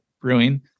Brewing